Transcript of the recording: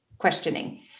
Questioning